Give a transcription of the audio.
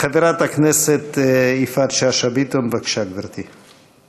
חברת הכנסת יפעת שאשא ביטון, בבקשה, גברתי.